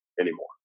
anymore